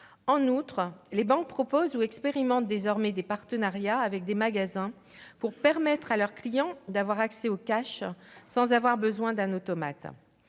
En outre, les banques proposent ou expérimentent désormais des partenariats avec des magasins pour permettre à leurs clients d'avoir accès au sans avoir besoin d'un automate.